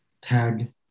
tag